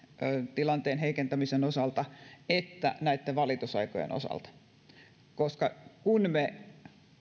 tilanteen heikentämisen että näitten valitusaikojen osalta koska kun me